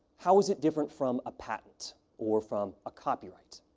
how is it different from a patent or from a copyright.